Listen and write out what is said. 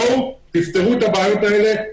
בואו תפתרו את הבעיות האלה,